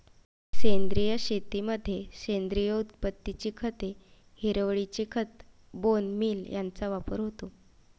सेंद्रिय शेतीमध्ये सेंद्रिय उत्पत्तीची खते, हिरवळीचे खत, बोन मील यांचा वापर होतो